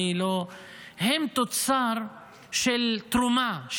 הם תוצר של תרומה,